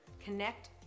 Connect